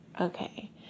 Okay